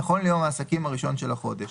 נכון ליום העסקים הראשון של החודש,